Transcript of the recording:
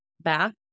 back